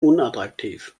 unattraktiv